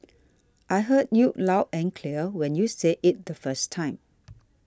I heard you loud and clear when you said it the first time